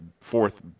fourth